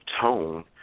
tone